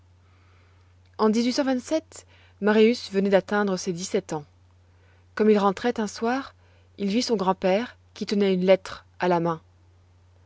en marius venait d'atteindre ses dix-sept ans comme il rentrait un soir il vit son grand-père qui tenait une lettre à la main